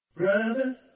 Brother